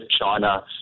China